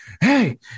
Hey